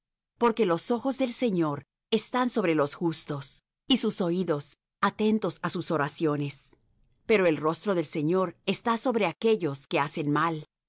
porque los ojos del señor están sobre los justos y sus oídos atentos á sus oraciones pero el rostro del señor está sobre aquellos que hacen mal